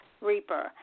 Reaper